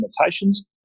limitations